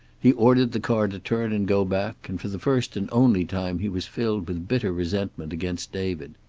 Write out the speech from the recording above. he ordered the car to turn and go back, and for the first and only time he was filled with bitter resentment against david.